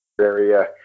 area